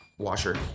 washer